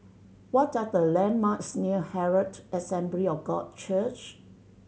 what are the landmarks near Herald Assembly of God Church